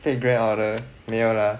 fate grand order 没有了